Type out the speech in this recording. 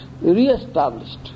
re-established